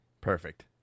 Perfect